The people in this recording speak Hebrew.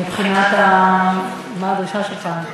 מבחינת, מה הדרישה שלך,